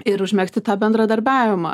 ir užmegzti tą bendradarbiavimą